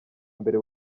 mbere